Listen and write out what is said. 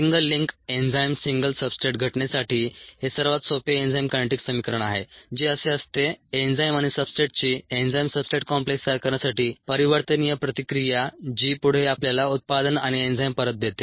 single link enzyme single substrate घटनेसाठी हे सर्वात सोपे एन्झाइम कायनेटिक्स समीकरण आहे जे असे असते एन्झाईम आणि सब्सट्रेटची एन्झाइम सब्सट्रेट कॉम्प्लेक्स तयार करण्यासाठी परिवर्तनीय प्रतिक्रिया जी पुढे आपल्याला उत्पादन आणि एन्झाईम परत देते